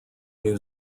new